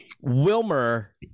Wilmer